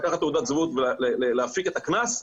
לקחת תעודת זהות ולהפיק את הקנס,